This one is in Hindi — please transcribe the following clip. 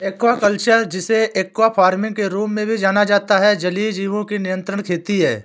एक्वाकल्चर, जिसे एक्वा फार्मिंग के रूप में भी जाना जाता है, जलीय जीवों की नियंत्रित खेती है